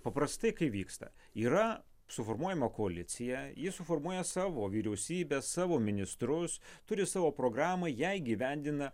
paprastai kai vyksta yra suformuojama koalicija ji suformuoja savo vyriausybę savo ministrus turi savo programą ją įgyvendina